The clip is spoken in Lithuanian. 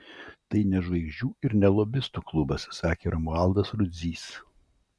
tai ne žvejų ir ne lobistų klubas sakė romualdas rudzys